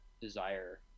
desire